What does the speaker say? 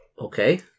Okay